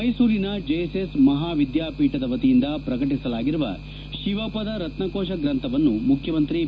ಮೈಸೂರಿನ ಜೆಎಸ್ಎಸ್ ಮಹಾವಿದ್ಯಾಪೀಠದ ವತಿಯಿಂದ ಪ್ರಕಟಿಸಲಾಗಿರುವ ಶಿವಪದ ರತ್ನಕೋಶ ಗ್ರಂಥವನ್ನು ಮುಖ್ಯ ಮಂತ್ರಿ ಬಿ